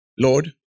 Lord